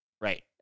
Right